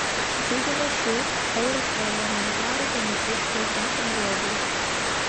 džiugina šių europarlamentarų dėmesys spausdintam žodžiui